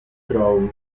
crawl